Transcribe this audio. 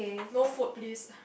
no food please